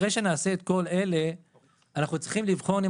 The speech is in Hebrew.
אחרי שנעשה את כל אלה אנחנו צריכים לבחון אם